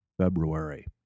February